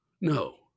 no